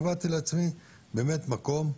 קבעתי לעצמי באמת מקום,